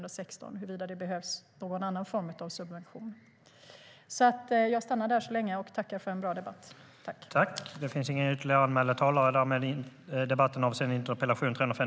Då är frågan huruvida det behövs någon annan form av subvention. Överläggningen var härmed avslutad.